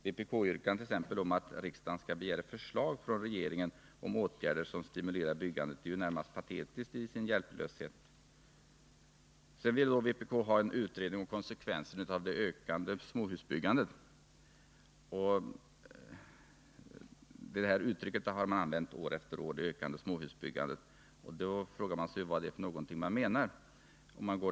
Vpk har exempelvis yrkat att riksdagen skall begära förslag från regeringen om åtgärder som stimulerar byggandet, och i det avseendet är man närmast patetisk i sin hjälplöshet. Vpk vill också ha en utredning om konsekvenserna av det ökande småhusbyggandet. År efter år har man från vpk återkommit till talet om det ökande småhusbyggandet, och jag frågar mig vad det är man menar.